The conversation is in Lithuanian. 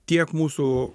tiek mūsų